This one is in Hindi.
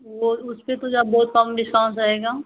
वह उस पर तो जा बहुत कम डिस्काउंस रहेगा